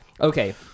Okay